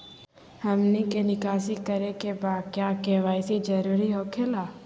हमनी के निकासी करे के बा क्या के.वाई.सी जरूरी हो खेला?